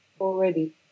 already